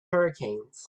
hurricanes